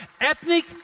Ethnic